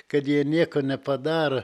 kad jie nieko nepadaro